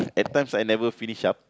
at times I never finish up